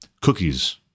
cookies